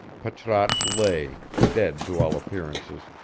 patrasche lay, dead to all appearances,